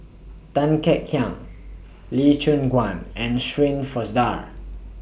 Tan Kek Hiang Lee Choon Guan and Shirin Fozdar